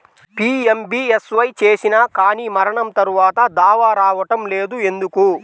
PMBSY చేసినా కానీ మరణం తర్వాత దావా రావటం లేదు ఎందుకు?